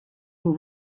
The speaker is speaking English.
will